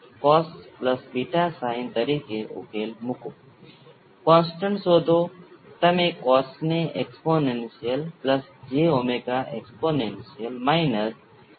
હવે આ બાબતોનું ધ્યાનપૂર્વક અર્થઘટન કરવું અગત્યનું છે ઓછામાં ઓછું આ કિસ્સામાં જ્યારે સોર્સ હાજર હોય ત્યારે આપણે R L અને C ને શ્રેણીમાં સ્પષ્ટપણે જોઈ શકીએ છીએ